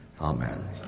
Amen